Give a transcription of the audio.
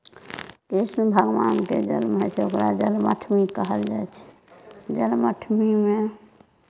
कृष्ण भगवानके जन्म होइ छै ओकरा जन्मअठमी कहल जाइ छै जन्मअठमीमे